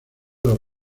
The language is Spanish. los